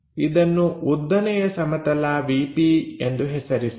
ಇದನ್ನು ಉದ್ದನೆಯ ಸಮತಲ ವಿಪಿ ಎಂದು ಹೆಸರಿಸೋಣ